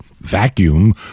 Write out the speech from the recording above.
vacuum